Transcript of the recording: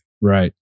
Right